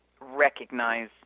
recognize